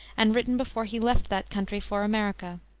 and written before he left that country for america